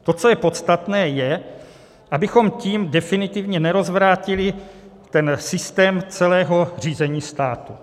To, co je podstatné, je, abychom tím definitivně nerozvrátili systém celého řízení státu.